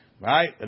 Right